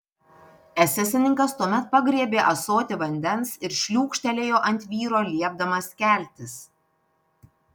esesininkas tuomet pagriebė ąsotį vandens ir šliūkštelėjo ant vyro liepdamas keltis